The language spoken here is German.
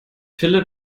philipp